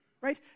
Right